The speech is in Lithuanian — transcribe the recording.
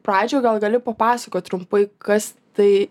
pradžioj gal gali papasakot trumpai kas tai